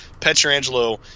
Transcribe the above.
petrangelo